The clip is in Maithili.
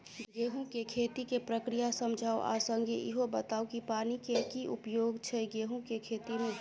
गेंहूँ केँ खेती केँ प्रक्रिया समझाउ आ संगे ईहो बताउ की पानि केँ की उपयोग छै गेंहूँ केँ खेती में?